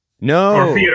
No